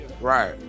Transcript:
Right